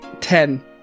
ten